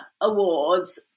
awards